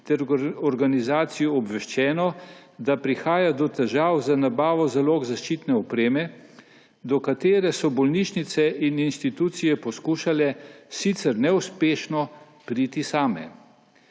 ter organizacij obveščeno, da prihaja do težav z nabavo zalog zaščitne opreme, do katere so bolnišnice in institucije poskušale sicer neuspešno priti same.